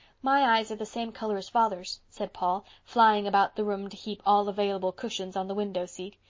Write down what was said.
my eyes are the same color as father's, said paul, flying about the room to heap all available cushions on the window seat,